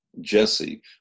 Jesse